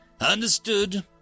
Understood